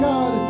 God